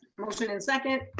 motion and second,